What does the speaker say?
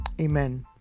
Amen